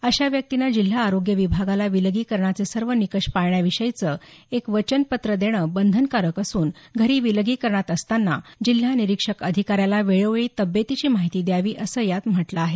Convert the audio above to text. अशा व्यक्तीनं जिल्हा आरोग्य विभागाला विलगीकरणाचे सर्व निकष पाळण्याविषयीचं एक वचनपत्र देणं बंधनकारक असून घरी विलगीकरणात असतांना जिल्हा निरीक्षक अधिकाऱ्याला वेळोवेळी तब्येतीची माहिती द्यावी असं यात म्हटलं आहे